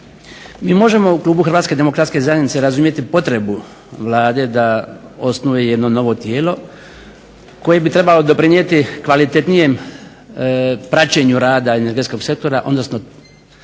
Mi možemo u klubu Hrvatske demokratske zajednice razumjeti potrebu Vlade da osnuje jedno novo tijelo koje bi trebalo doprinijeti kvalitetnijem praćenju rada energetskog sektora, odnosno